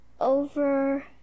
over